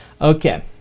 Okay